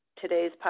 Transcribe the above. Today's